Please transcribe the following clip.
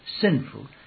sinful